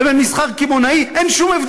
ליהנות ממופע תרבותי, אני הייתי אתך באותו מקום.